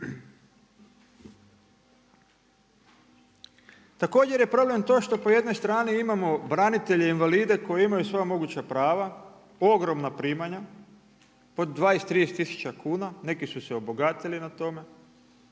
Također je problem to što po jednoj strani imamo branitelje invalide koji imaju sva moguća prava, ogromna primanja po 20, 30 tisuća kuna, neki su se obogatili na tome,